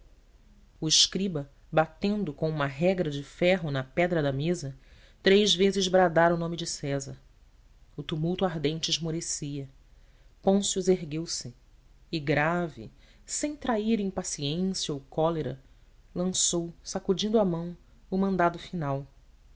o escriba batendo com uma régua de ferro na pedra da mesa três vezes bradara o nome de césar o tumulto ardente esmorecia pôncio ergueu-se e grave sem trair impaciência ou cólera lançou sacudindo a mão o mandado final